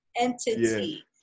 entity